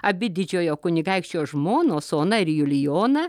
abi didžiojo kunigaikščio žmonos ona ir julijona